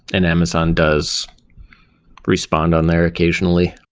and amazon does respond on there occasionally.